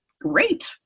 Great